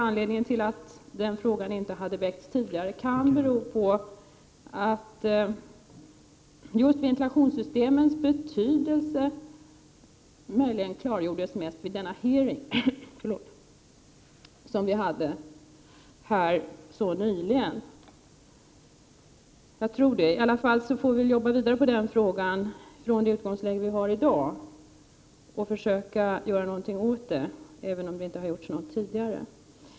Anledningen till att frågan om ventilationssystemen inte väckts tidigare kan möjligen vara att ventilationssystemens betydelse framstod klar först vid den hearing som vi genomförde i utskottet helt nyligen. I varje fall måste vi arbeta vidare med den frågan från det utgångsläge som vi har i dag. Vi får försöka göra något åt förhållandena, oavsett hur litet som har gjorts tidigare.